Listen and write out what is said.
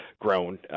grown